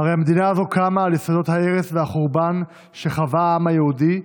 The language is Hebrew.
הרי המדינה הזו קמה על יסודות ההרס והחורבן שחווה העם היהודי,